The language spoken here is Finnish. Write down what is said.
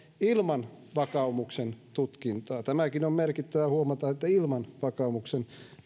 ilman vakaumuksen tutkintaa tämäkin on merkittävää huomata että ilman vakaumuksen